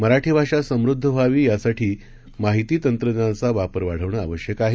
मराठीभाषासमृद्धव्हावीयासाठीमाहितीतंत्रज्ञानाचावापरवाढवणंआवश्यकआहे